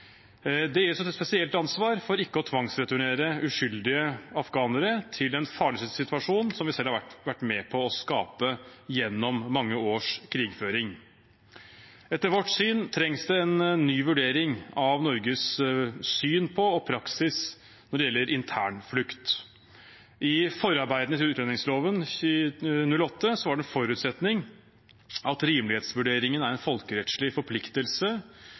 Det gir oss et spesielt ansvar for ikke å tvangsreturnere uskyldige afghanere til en farlig situasjon, som vi selv har vært med på skape gjennom mange års krigføring. Etter vårt syn trengs det en ny vurdering av Norges syn på og praksis når det gjelder internflukt. I forarbeidene til utlendingsloven i 2008 var det en forutsetning at rimelighetsvurderingen er en folkerettslig forpliktelse.